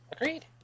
Agreed